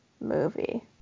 movie